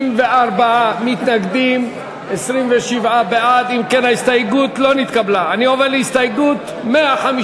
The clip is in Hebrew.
וחברות הכנסת אורלי לוי אבקסיס וגילה גמליאל לסעיף